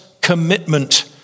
commitment